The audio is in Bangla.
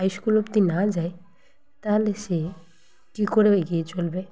হাই স্কুল অব্দি না যায় তাহলে সে কী করে এগিয়ে চলবে